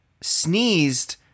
sneezed